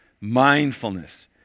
mindfulness